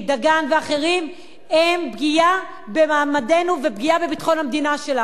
דגן ואחרים הם פגיעה במעמדנו ופגיעה בביטחון המדינה שלנו.